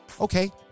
Okay